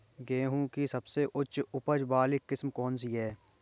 गेहूँ की सबसे उच्च उपज बाली किस्म कौनसी है?